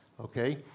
okay